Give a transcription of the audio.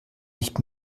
nicht